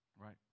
right